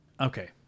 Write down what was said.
Okay